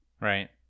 Right